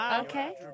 Okay